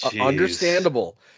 Understandable